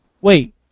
wait